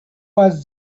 was